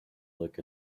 look